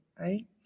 right